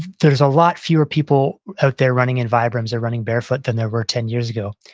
there's a lot fewer people out there running in vibrams or running barefoot than there were ten years ago.